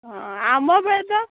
ହଁ ଆମ ବେଳେ ତ